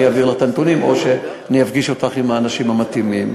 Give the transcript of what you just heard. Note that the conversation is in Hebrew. אני אעביר לך את הנתונים או שאני אפגיש אותך עם האנשים המתאימים.